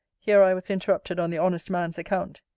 here i was interrupted on the honest man's account.